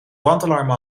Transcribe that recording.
brandalarm